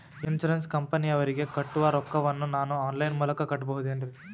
Insurance ಕಂಪನಿಯವರಿಗೆ ಕಟ್ಟುವ ರೊಕ್ಕ ವನ್ನು ನಾನು ಆನ್ ಲೈನ್ ಮೂಲಕ ಕಟ್ಟಬಹುದೇನ್ರಿ?